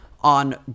on